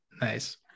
Nice